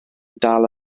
dal